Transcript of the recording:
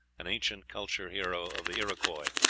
an ancient culture-hero of the iroquois.